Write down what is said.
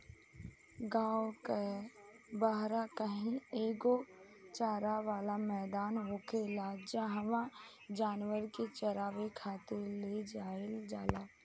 गांव के बाहरा कही एगो चारा वाला मैदान होखेला जाहवा जानवर के चारावे खातिर ले जाईल जाला